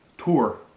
tour,